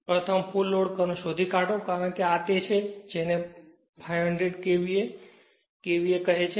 પ્રથમ full load current શોધી કાઢો કારણ કે આ તે છે જેને ફુલ લોડ KVA 500 KVA કહે છે